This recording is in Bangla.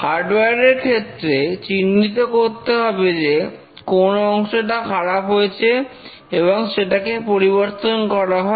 হার্ডওয়ার এর ক্ষেত্রে চিহ্নিত করতে হবে যে কোন অংশটা খারাপ হয়েছে এবং সেটাকে পরিবর্তন করা হয়